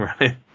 right